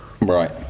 Right